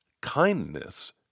kindness